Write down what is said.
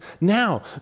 now